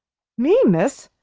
me, miss!